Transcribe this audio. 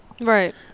Right